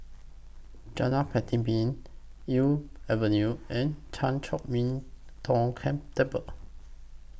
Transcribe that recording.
Jalan Elm Avenue and Chan Chor Min Tong Ken Temple